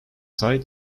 site